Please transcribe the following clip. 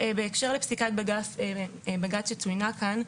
בהקשר לפסיקת בג"ץ שצוינה כאן: